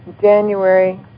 January